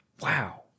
Wow